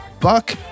Buck